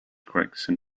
gregson